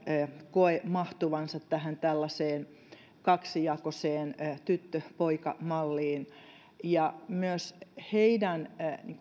koe mahtuvansa tällaiseen kaksijakoiseen tyttö poika malliin ja myös heidän